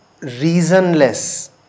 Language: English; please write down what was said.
reasonless